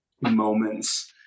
moments